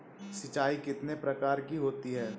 सिंचाई कितनी प्रकार की होती हैं?